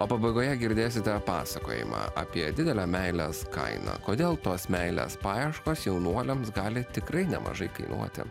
o pabaigoje girdėsite pasakojimą apie didelę meilės kainą kodėl tos meilės paieškos jaunuoliams gali tikrai nemažai kainuoti